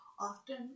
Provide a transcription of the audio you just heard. often